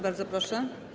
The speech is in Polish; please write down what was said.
Bardzo proszę.